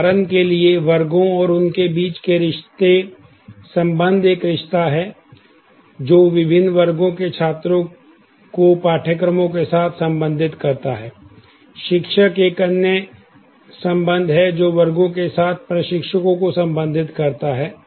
उदाहरण के लिए वर्गों और उनके बीच के रिश्ते संबंध एक रिश्ता है जो विभिन्न वर्गों के छात्रों को पाठ्यक्रमों के साथ संबंधित करता है शिक्षक एक अन्य संबंध है जो वर्गों के साथ प्रशिक्षकों को संबंधित करता है